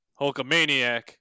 Hulkamaniac